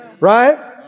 Right